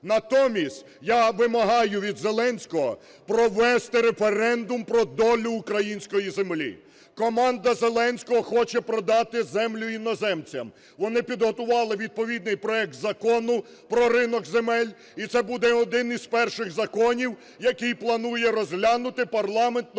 Натомість я вимагаю відЗеленського провести референдум про долю української землі. Команда Зеленського хоче продати землю іноземцям, вони підготували відповідний проект Закону про ринок земель. І це буде один із перших законів, який планує розглянути парламент нового